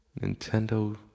Nintendo